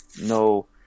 No